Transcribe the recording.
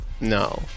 no